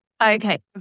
Okay